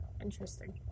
Interesting